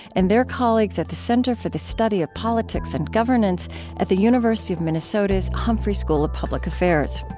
and their colleagues at the center for the study of politics and governance at the university of minnesota's humphrey school of public affairs